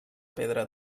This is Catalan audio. pedra